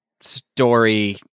story